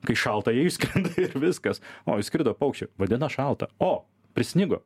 kai šalta jie išskrenda ir viskas o išskrido paukščiai vadinas šalta o prisnigo